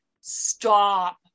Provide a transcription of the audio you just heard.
stop